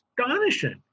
astonishing